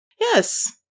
Yes